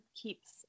keeps